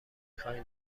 خوای